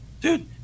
Dude